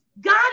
God